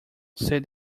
said